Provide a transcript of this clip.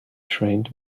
trained